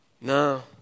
no